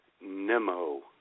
Nemo